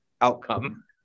outcome